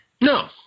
No